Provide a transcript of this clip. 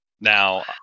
Now